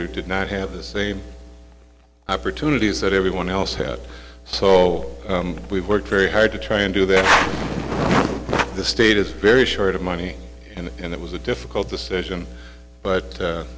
or did not have the same opportunities that everyone else had so we've worked very hard to try and do that the state is very short of money and it was a difficult decision but